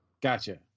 Gotcha